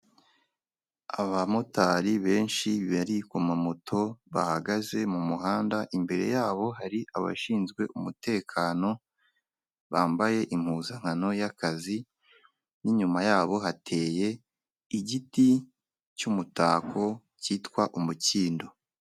Abamotari benshi bari ku mamoto, bahagaze mu muhanda, imbere yabo hari abashinzwe umutekano, bambaye impuzankano y'akazi n'inyuma yabo hateye igiti cy'umutako cyitwa umukindo.